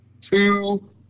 two